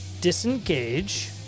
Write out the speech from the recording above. disengage